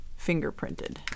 fingerprinted